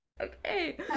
okay